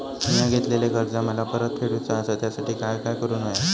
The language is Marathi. मिया घेतलेले कर्ज मला परत फेडूचा असा त्यासाठी काय काय करून होया?